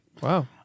Wow